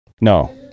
no